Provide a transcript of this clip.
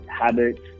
habits